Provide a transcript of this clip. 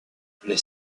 les